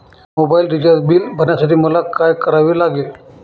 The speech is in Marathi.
मोबाईल रिचार्ज बिल भरण्यासाठी मला काय करावे लागेल?